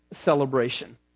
celebration